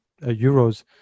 euros